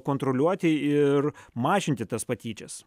kontroliuoti ir mažinti tas patyčias